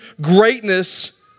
greatness